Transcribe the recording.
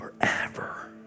forever